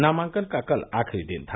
नामांकन का कल आखिरी दिन था